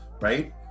right